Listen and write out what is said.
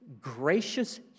gracious